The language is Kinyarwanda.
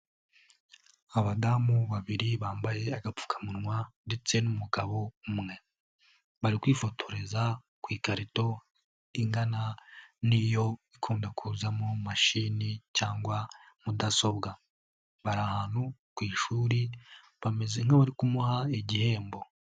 Abadamu babiri bambaye agapfukamunwa ndetse n'umugabo umwe bari kwifotoreza ku ikarito ingana n'iyo ikunda kuza mu mashini cyangwa mudasobwa bari ahantu ku ishuri, bameze nk'abari kumuha igihembo.